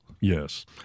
Yes